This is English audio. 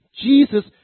Jesus